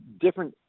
different